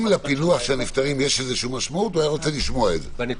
אם לפילוח של הנפטרים יש משמעות היה רוצה לשמוע את זה.